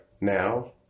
now